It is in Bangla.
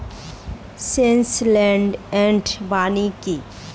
স্লাস এন্ড বার্ন কি?